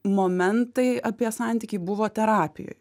momentai apie santykį buvo terapija